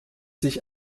sich